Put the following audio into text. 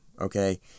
okay